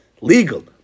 legal